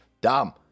dumb